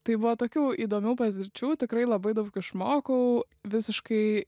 tai buvo tokių įdomių patirčių tikrai labai daug išmokau visiškai